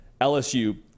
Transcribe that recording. lsu